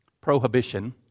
prohibition